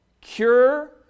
cure